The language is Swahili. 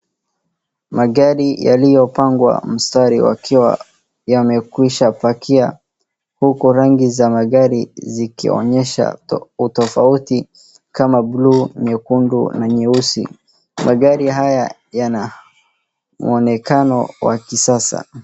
Magari yaliopangwa mstari wakiwa yamekwisha pakia uku rangi za magari zikionyesha utofauti kama buluu, nyekundu na nyeusi. Magari haya yana mwonekano wa kisasa.